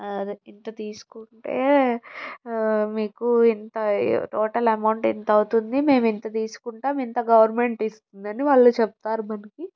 అదే ఇంత తీసుకుంటే మీకు ఇంత టోటల్ అమౌంట్ ఇంత అవుతుంది మేము ఇంత తీసుకుంటాం ఇంత గవర్నమెంట్ ఇస్తుంది అని వాళ్ళు చెప్తారు మనకి